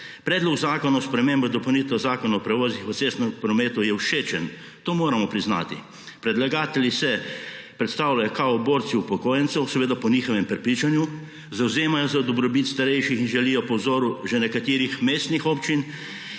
Predlog zakona o spremembah in dopolnitvah Zakona o prevozih v cestnem prometu je všečen, to moramo priznati. Predlagatelji se predstavljajo kao borci upokojencev, seveda po njihovem prepričanju, zavzemajo za dobrobit starejših in želijo po vzoru že nekaterih mestnih občin